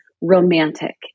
romantic